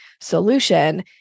solution